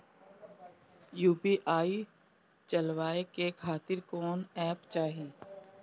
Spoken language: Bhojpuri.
यू.पी.आई चलवाए के खातिर कौन एप चाहीं?